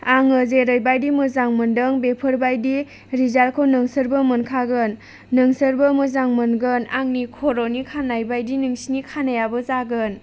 आङो जेरैबायदि मोजां मोनदों बेफोरबायदि रिजाल्टखौ नोंसोरबो मोनखागोन नोंसोरबो मोजां मोनगोन आंनि खर'नि खानायबायदि नोंसोरनि खानाययाबो जागोन